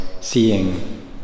seeing